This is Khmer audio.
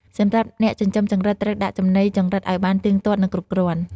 សម្រាប់អ្នកចិញ្ចឹមចង្រិតត្រូវដាក់ចំណីចង្រិតឲ្យបានទៀងទាត់ និងគ្រប់គ្រាន់។